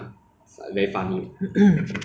uh what is one thing that you would change about singapore